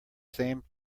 same